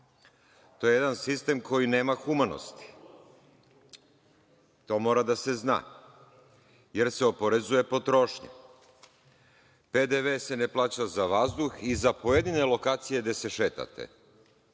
To je jedan sistem koji nema humanosti. To mora da se zna, jer se oporezuje potrošnja. Porez na dodatu vrednost se ne plaća za vazduh i za pojedine lokacije gde se šetate.